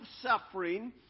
suffering